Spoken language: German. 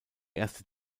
erste